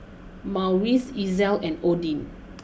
Maurice Ezell and Odin